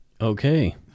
Okay